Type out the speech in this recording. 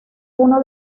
uno